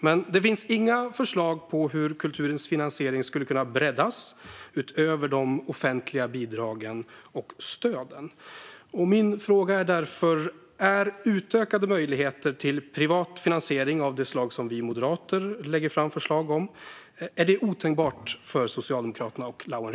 Men det finns inga förslag på hur kulturens finansiering skulle kunna breddas utöver de offentliga bidragen och stöden. Min fråga är därför: Är utökade möjligheter till privat finansiering av det slag som vi moderater lägger fram förslag om otänkbara för Socialdemokraterna och Lawen Redar?